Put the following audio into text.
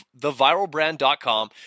theviralbrand.com